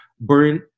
burn